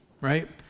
Right